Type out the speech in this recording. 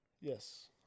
yes